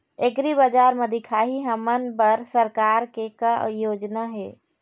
एग्रीबजार म दिखाही हमन बर सरकार के का योजना हे?